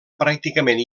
pràcticament